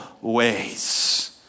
ways